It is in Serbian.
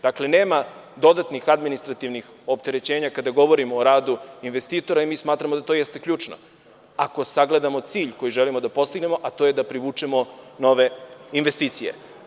Dakle, nema dodatnih administrativnih opterećenja kada govorimo o radu investitora i mi smatramo da to jeste ključno, ako sagledamo cilj koji želimo da postignemo, a to je da privučemo nove investicije.